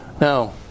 Now